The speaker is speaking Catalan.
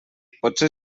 potser